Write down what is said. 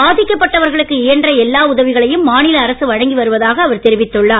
பாதிக்கப்பட்டவர்களுக்கு இயன்ற எல்லா உதவிகளையும் மாநில அரசு வழங்கி வருவதாக அவர் தெரிவித்துள்ளார்